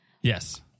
yes